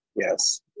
Yes